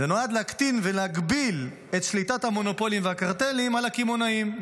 זה נועד להקטין ולהגביל את שליטת המונופולים והקרטלים על הקמעונאים.